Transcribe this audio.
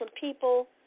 people